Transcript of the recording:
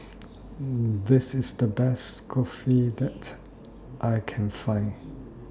This IS The Best Kulfi that I Can Find